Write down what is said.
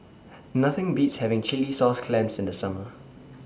Nothing Beats having Chilli Sauce Clams in The Summer